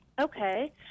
Okay